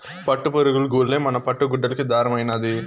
పట్టుపురుగులు గూల్లే మన పట్టు గుడ్డలకి దారమైనాది